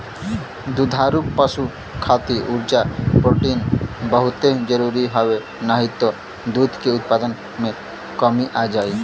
दुधारू पशु खातिर उर्जा, प्रोटीन बहुते जरुरी हवे नाही त दूध के उत्पादन में कमी आ जाई